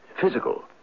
Physical